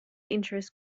interest